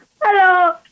Hello